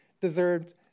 deserved